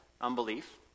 unbelief